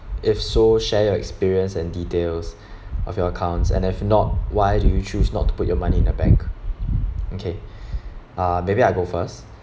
if so share your experience and details of your accounts and if not why do you choose not to put your money in the bank okay ah maybe I go first